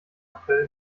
april